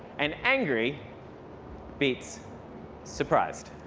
and angry beats surprised.